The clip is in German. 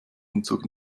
umzug